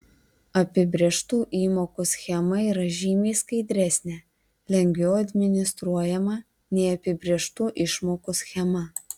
apibrėžtų įmokų schema yra žymiai skaidresnė lengviau administruojama nei apibrėžtų išmokų schema